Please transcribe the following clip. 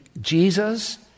Jesus